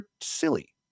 silly